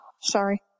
Sorry